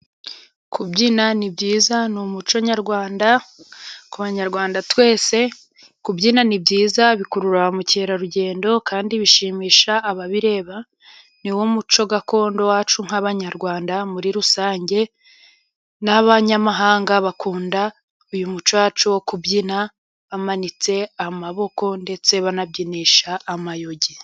Kulubyina ni byiza, ni umuco nyarwanda ku banyarwanda twese, kubyina ni byiza bikurura ba mukerarugendo, kandi bishimisha ababireba, niwo muco gakondo wacu nk'abanyarwanda muri rusange, n'abanyamahanga bakunda uyu muco wacu wo kubyina, bamanitse amaboko, ndetse banabyinisha amayugi.